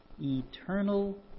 Eternal